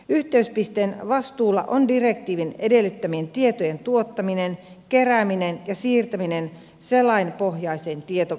yhteyspisteen vastuulla on direktiivin edellyttämien tietojen tuottaminen kerääminen ja siirtäminen selainpohjaiseen tietoportaaliin